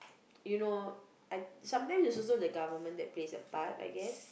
you know I sometimes is also the government that plays a part I guess